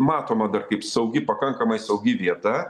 matoma dar kaip saugi pakankamai saugi vieta